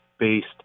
based